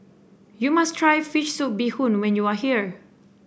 you must try fish soup Bee Hoon when you are here